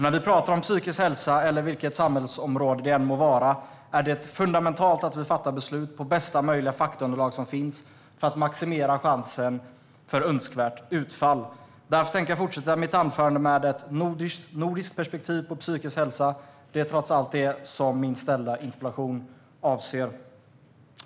När vi talar om psykisk hälsa eller vilket samhällsområde det än må vara är det fundamentalt att vi fattar beslut på bästa möjliga faktaunderlag, för att maximera chansen till önskvärt utfall. Därför tänker jag fortsätta mitt anförande med ett nordiskt perspektiv på psykisk hälsa; det är trots allt det som min interpellation avser.